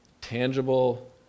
tangible